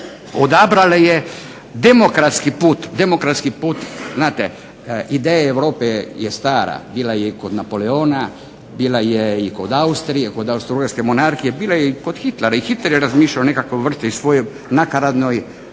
odabrala je demokratski put. Znate ideje Europe je stara, bila je i kod Napoleona, bila je i kod Austrije, kod austrougarske monarhije, bila je i kod Hitlera i Hitler je razmišljao o nekakvoj vrsti svojoj nakaradnoj